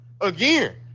again